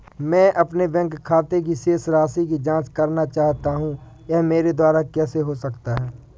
मैं अपने बैंक खाते की शेष राशि की जाँच करना चाहता हूँ यह मेरे द्वारा कैसे हो सकता है?